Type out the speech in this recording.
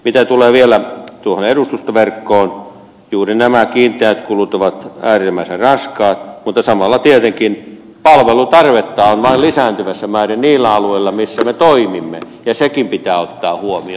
mitä tulee vielä tuohon edustustoverkkoon juuri nämä kiinteät kulut ovat äärimmäisen raskaat mutta samalla tietenkin palvelutarvetta on lisääntyvässä määrin niillä alueilla missä me toimimme ja sekin pitää ottaa huomioon